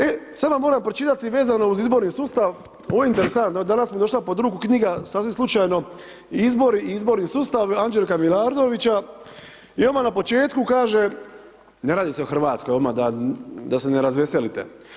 E sada vam moram pročitati vezano u izborni sustav, ovo je interesantno, danas mi je došla pod ruku knjiga, sasvim slučajno, izbori i izborni sustav Anđelka Milardovića i odmah na početku kaže, ne radi se o Hrvatskoj, da se ne razveselite.